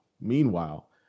meanwhile